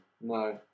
No